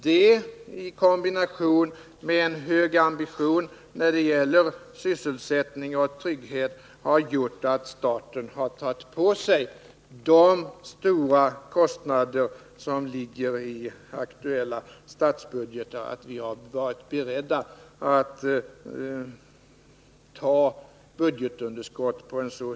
Detta i kombination med en hög ambition när det gäller sysselsättning och trygghet har gjort att staten har tagit på sig de stora kostnader som ligger i aktuella statsbudgeter — att vi har varit beredda att ta så stora budgetunderskott.